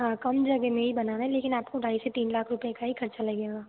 हाँ कम जगह में ही बनाना है लेकिन आपको ढाई से तीन लाख रुपए का ही खर्चा लगेगा